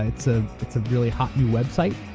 ah it's ah it's a really hot new website.